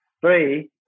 three